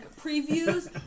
previews